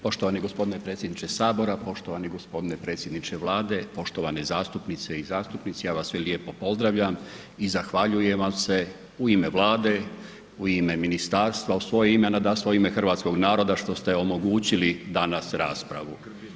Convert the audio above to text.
Poštovani gospodine predsjedniče sabora, poštovani gospodine predsjedniče Vlade, poštovane zastupnice i zastupnici ja vas sve lijepo pozdravljam i zahvaljujem vam se u ime Vlade, u ime ministarstva, u svoje ime, nadasve u ime hrvatskog naroda što ste omogućili danas raspravu.